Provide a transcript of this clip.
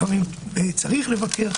לפעמים צריך לבקר,